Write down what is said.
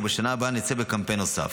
ובשנה הבאה נצא בקמפיין נוסף.